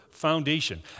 foundation